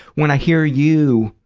when i hear you